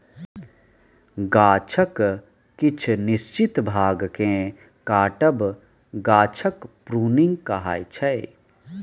गाछक किछ निश्चित भाग केँ काटब गाछक प्रुनिंग कहाइ छै